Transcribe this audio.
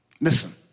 listen